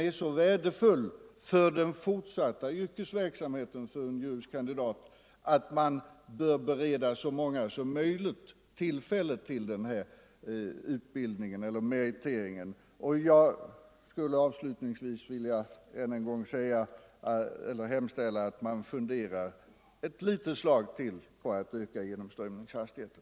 — är så värdefull för den fortsatta yrkesverksamheten för en juris kandidat att så många som möjligt bör beredas tillfälle att få den här utbildningen eller meriteringen. Jag skulle avslutningsvis vilja hemställa att man än en gång funderar ett litet slag på att öka genomströmningshastigheten.